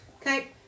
Okay